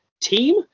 team